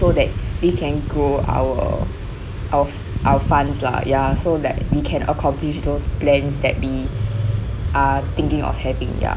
so that we can grow our our our funds lah ya so that we can accomplish those plans that we are thinking of having ya